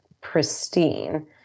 pristine